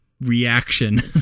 reaction